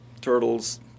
turtles